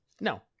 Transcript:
No